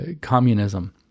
communism